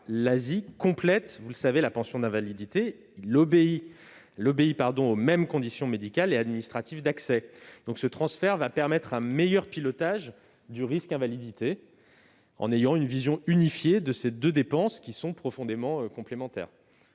l'ASI complète, vous le savez, la pension d'invalidité. Elle obéit aux mêmes conditions médicales et administratives d'accès ; donc ce transfert va permettre un meilleur pilotage du risque invalidité en autorisant une vision unifiée de ces deux dépenses, qui sont profondément complémentaires.